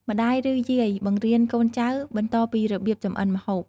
ម្ដាយ ឬ យាយបង្រៀនកូនចៅបន្តពីរបៀបចម្អិនម្ហូប។